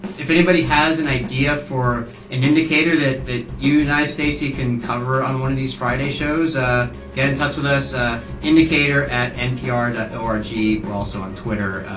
if anybody has an idea for an indicator that that you and i, stacey, can cover on one of these friday shows, ah get in touch with us indicator at npr dot o r g. we're also on twitter.